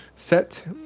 set